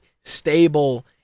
stable